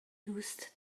دوست